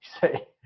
say